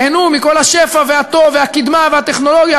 תיהנו מכל השפע והטוב והקדמה והטכנולוגיה,